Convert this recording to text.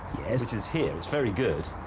which is here. it's very good.